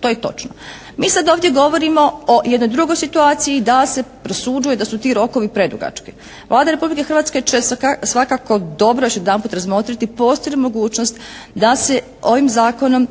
To je točno. Mi sad ovdje govorimo o jednoj drugoj situaciji da se prosuđuje, da su ti rokovi predugački. Vlada Republike Hrvatske će svakako dobro još jedanput razmotriti postoji li mogućnost da se ovim zakonom